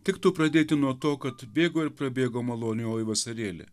tiktų pradėti nuo to kad bėgo ir prabėgo malonioji vasarėlė